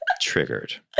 Triggered